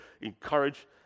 encourage